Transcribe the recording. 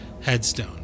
headstone